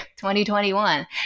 2021